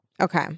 okay